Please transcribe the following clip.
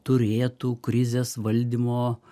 turėtų krizės valdymo